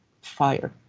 fire